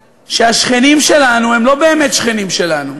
שהשכנים שלנו הם לא באמת שכנים שלנו: